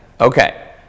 Okay